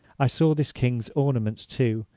i saw this king's ornaments too,